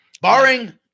Barring